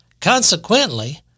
Consequently